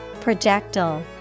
Projectile